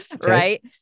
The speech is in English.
right